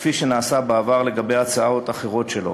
כפי שנעשה בעבר לגבי הצעות אחרות שלו.